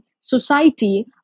society